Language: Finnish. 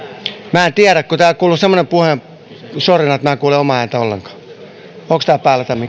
minä en tiedä kun täällä kuuluu semmoinen puheensorina että minä en kuule omaa ääntäni ollenkaan onko tämä